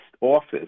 office